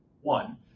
one